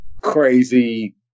crazy